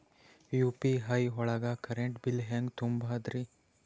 UPI ಒಳಗ current bill ಹೆಂಗ್ ತುಂಬದ್ರಿ?